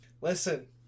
Listen